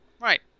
Right